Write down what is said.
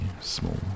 small